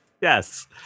Yes